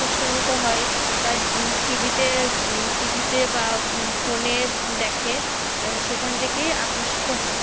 আকর্ষিত হয় তার টিভিতে টিভিতে বা ফোনে দেখে সেখান থেকেই আকর্ষিত হয়